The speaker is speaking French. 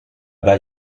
bas